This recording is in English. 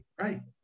right